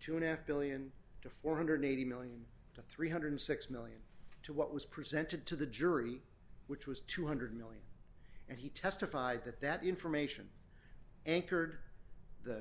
to an f one billion to four hundred and eighty million to three hundred and six million to what was presented to the jury which was two hundred million and he testified that that information anchored the